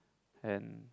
and